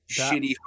shitty